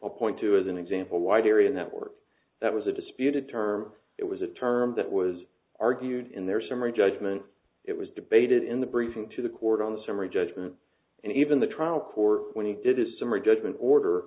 a point to as an example wide area network that was a disputed term it was a term that was argued in their summary judgment it was debated in the briefing to the court on the summary judgment and even the trial court when he did a summary judgment order